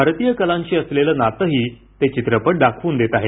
भारतीय कलांशी असलेलं नातंही हे चित्रपट दाखवून देत आहेत